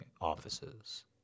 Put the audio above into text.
offices